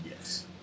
Yes